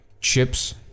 chips